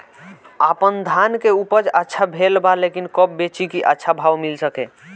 आपनधान के उपज अच्छा भेल बा लेकिन कब बेची कि अच्छा भाव मिल सके?